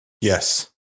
Yes